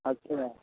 अच्छा